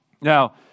Now